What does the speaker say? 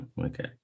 okay